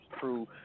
true